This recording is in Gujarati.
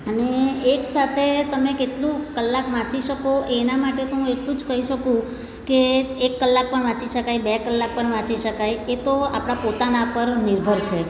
અને એકસાથે તમે કેટલું કલાક વાંચી શકો એના માટે તો હું એટલું જ કહી શકું કે એક કલાક પણ વાંચી શકાય બે કલાક પણ વાંચી શકાય એ તો આપણા પોતાના પર નિર્ભર છે